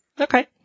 Okay